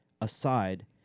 aside